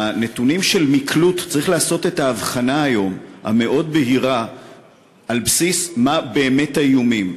היום צריך לעשות את ההבחנה המאוד-בהירה על בסיס מה באמת האיומים.